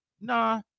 Nah